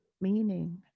meaning